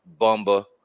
Bumba